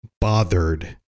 bothered